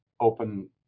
open